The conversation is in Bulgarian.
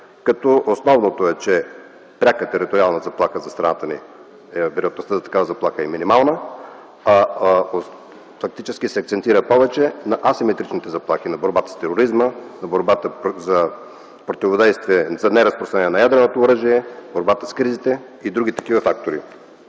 етап. Основното е, че пряка териториална заплаха за страната ни... Вероятността за такава заплаха е минимална. Фактически се акцентира повече на асиметричните заплахи – на борбата с тероризма, на борбата за противодействие, за неразпространение на ядреното оръжие, борбата с кризите и други такива фактори.